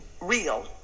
real